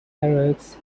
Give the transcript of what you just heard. heroics